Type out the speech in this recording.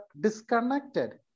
disconnected